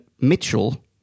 Mitchell